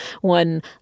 one